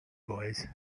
boys